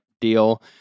deal